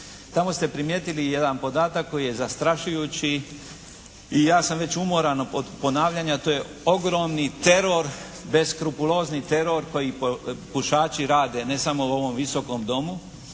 Tamo ste primijetili i jedan podatak koji je zastrašujući i ja sam već umoran od ponavljanja. To je ogromni teror, beskrupulozni teror koji pušači rade ne samo u ovom Visokom domu